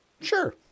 Sure